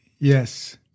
Yes